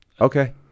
Okay